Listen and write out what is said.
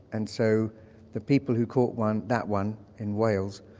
and so the people who caught one, that one in wales,